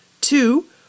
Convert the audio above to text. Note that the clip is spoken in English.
two